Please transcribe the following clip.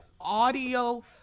audio